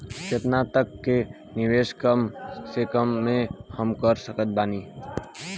केतना तक के निवेश कम से कम मे हम कर सकत बानी?